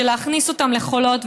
של להכניס אותם לחולות,